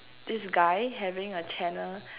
this guy having a Channel